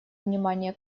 внимание